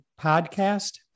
podcast